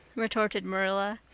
retorted marilla,